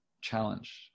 challenge